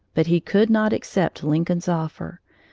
but he could not accept lincoln's offer,